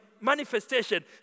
manifestation